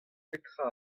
petra